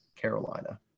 Carolina